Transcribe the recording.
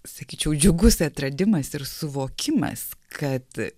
sakyčiau džiugus atradimas ir suvokimas kad